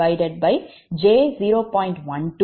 10 j4